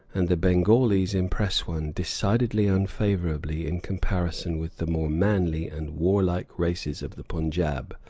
and the bengalis impress one decidedly unfavorably in comparison with the more manly and warlike races of the punjab.